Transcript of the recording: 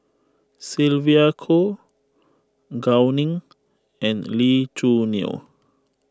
Sylvia Kho Gao Ning and Lee Choo Neo